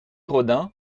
rodin